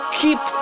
keep